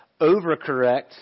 overcorrect